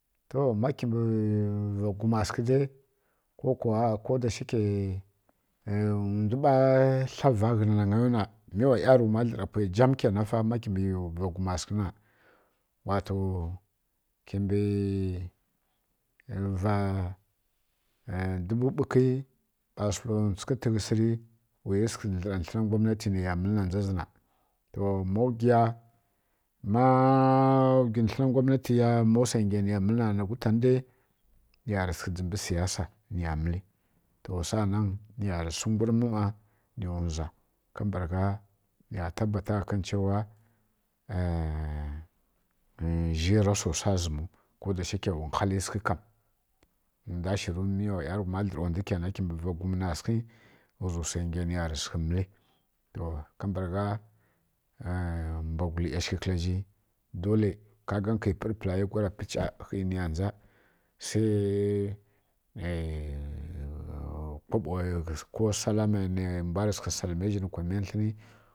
To ma kyimbǝ va gwuma sǝghǝ dai ko da shikyǝ ndwu ɓana tla va ka ghǝna nagai wu na mi wa ˈyarughuma dlǝra mbwu jam kyaina fa ma mbǝ va gwuma sǝghǝ na wato kimbi rǝ va dubu ɓukǝ ɓa sǝlantsukǝ tǝghǝs ri wayi sǝghǝ dlǝra tlǝna gwamnati nai ya mǝlǝ na ndza zǝ nna to ma wgyi ya ma wgyi tlǝna gwamanti ya ma wsa ngi ya niya mǝl na gwutanǝ dai niyarǝ sǝghǝ dzimbǝ siyasa niya mǝli to saanan niya rǝ sǝngwurmǝ ˈma niya rǝ wza kambǝragha niya tabbata chewa zhi rasarǝ wsa zǝmu koda shikyai wa nkhali sǝghǝ kam ndwa shǝru mi wa ˈyarughuma dlǝra ndwi rǝghum kyainan kimbǝ va gwuma sǝghǝ na ghǝzǝ wsai ngi ya niyarǝ sǝghǝ mǝli mbwagwulǝ ˈyashǝghǝ kǝla zhi ka ga kyai ˈpǝr pǝla yi kha war ˈpǝcha sai kwaɓo nǝ ko salamai sǝghǝ salǝmai zha mbwi kwa miyan tlǝni